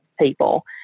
people